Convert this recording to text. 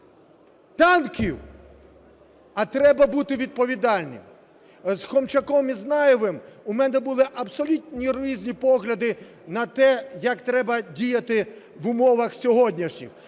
танків, а треба бути відповідальним. З Хомчаком і Знаєвим у мене були абсолютно різні погляди на те, як треба діяти в умовах сьогоднішніх,